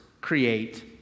create